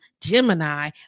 Gemini